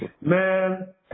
Man